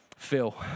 Phil